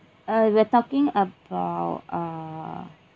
uh we're talking about uh